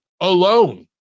alone